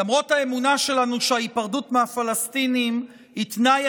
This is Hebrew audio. למרות האמונה שלנו שההיפרדות מהפלסטינים היא תנאי